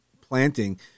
planting